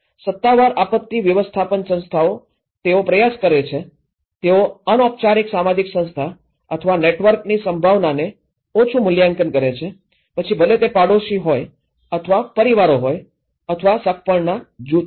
સત્તાવાર આપત્તિ વ્યવસ્થાપન સંસ્થાઓ તેઓ પ્રયાસ કરે છે તેઓ અનૌપચારિક સામાજિક સંસ્થા અથવા નેટવર્કની સંભાવનાને ઓછું મૂલ્યાંકન કરે છે પછી ભલે તે પડોશી હોય અથવા પરિવારો હોય અથવા સગપણનાં જૂથો હોય